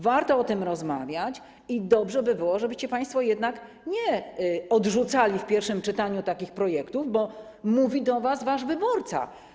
Warto o tym rozmawiać i dobrze by było, żebyście państwo jednak nie odrzucali w pierwszym czytaniu takich projektów, bo mówi do was wasz wyborca.